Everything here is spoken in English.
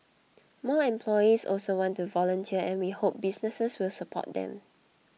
more employees also want to volunteer and we hope businesses will support them